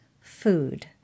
food